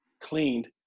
cleaned